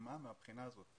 חסימה מהבחינה הזו.